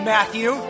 Matthew